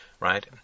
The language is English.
right